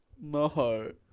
No